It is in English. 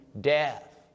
death